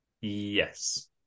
Yes